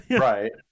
Right